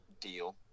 Deal